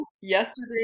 yesterday